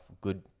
good